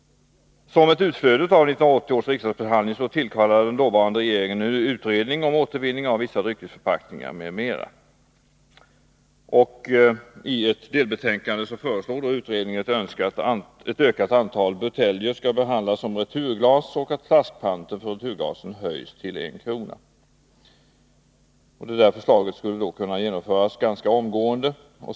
Som ett utflöde av 1980 års riksdagsbehandling tillkallade den dåvarande regeringen en utredning om återvinning av vissa dryckesförpackningar m.m. I ett delbetänkande föreslog utredningen, att ett ökat antal buteljer skall behandlas som returglas och att flaskpanten för returglasen höjs till en krona. Detta förslag skulle kunna genomföras ganska omgående.